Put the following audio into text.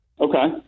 Okay